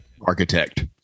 architect